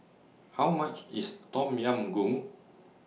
How much IS Tom Yam Goong